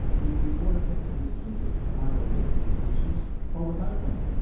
we'd be more effectively treated either with medications or without them.